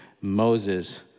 Moses